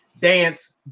Dance